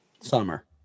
Summer